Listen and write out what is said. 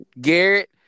Garrett